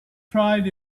tried